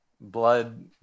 blood